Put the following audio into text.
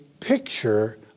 picture